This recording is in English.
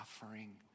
suffering